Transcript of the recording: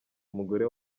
umugore